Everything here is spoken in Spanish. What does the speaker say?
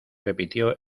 repitió